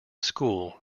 school